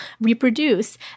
reproduce